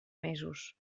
mesos